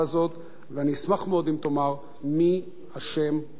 ואני אשמח מאוד אם תאמר מי אשם במחדל הזה.